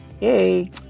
Yay